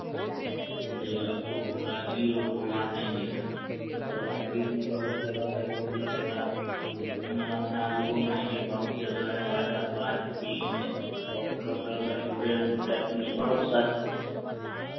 जी आपको राजगीर और घुमा देंगे मतलब राजगीर में बहुत जगह है घूमने वाला नालंदा भी घुमाएँगे बहुत जगह है वाटर पार्क बीच बहुत होटल रेस्टोरेंट टाइप में बहुत सा